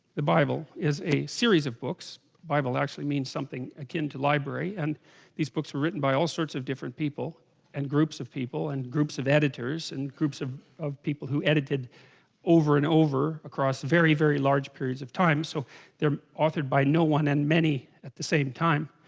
the bible is a series of books bible actually means something akin to library and these books were written by all sorts of different people and groups of people and groups of editors and groups of of people who edited over and over across very very large periods of time so they're altered by no one and many at the same time